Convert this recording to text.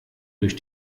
durch